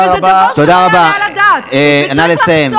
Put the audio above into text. וזה דבר שלא יעלה על הדעת, נא לסיים.